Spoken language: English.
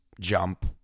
jump